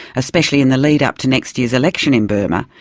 especially in the lead-up to next year's election in burma,